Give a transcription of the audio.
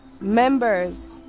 members